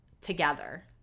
together